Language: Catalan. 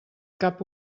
cap